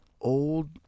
old